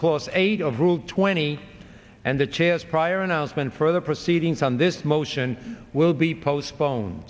clause eight of rule twenty and the chairs prior announcement further proceedings on this motion will be postpone